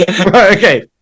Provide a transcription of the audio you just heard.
okay